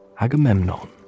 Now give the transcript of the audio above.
Agamemnon